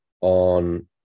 on